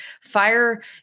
fire